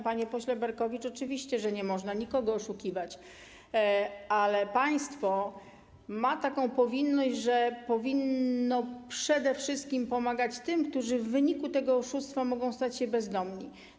Panie pośle Berkowicz, oczywiście, że nie można nikogo oszukiwać, ale państwo ma taką powinność, że powinno przede wszystkim pomagać tym, którzy w wyniku tego oszustwa mogą stać się bezdomni.